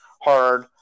hard